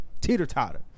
teeter-totter